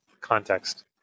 context